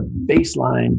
baseline